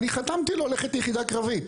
אני חתמתי לו ללכת ליחידה קרבית.